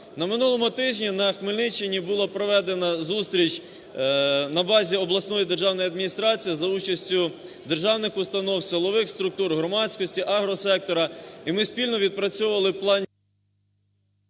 На минулому тижні на Хмельниччині була проведена зустріч на базі обласної державної адміністрації за участю державних установ, силових структур, громадськості, агросектору. І ми спільно відпрацьовували план…